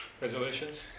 resolutions